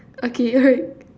okay